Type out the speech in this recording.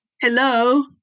Hello